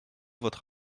votre